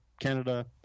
Canada